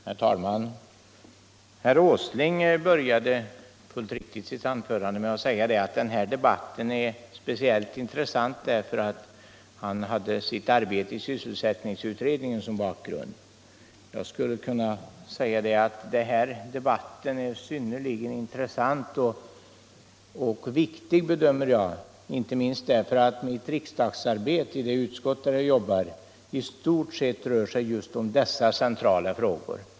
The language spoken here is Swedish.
Herr talman! Herr Åsling började sitt anförande med att säga att denna debatt är speciellt intressant för honom, därför att han har sitt arbete i sysselsättningsutredningen som bakgrund. Jag kan säga att jag tycker också att debatten är intressant och viktig inte minst därför att mitt riksdagsarbete i det utskott där jag är verksam i stort sett rör sig om just dessa centrala frågor.